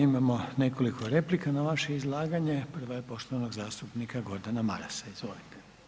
Imamo nekoliko replika na vaše izlaganje, prva je poštovanog zastupnika Gordana Marasa, izvolite.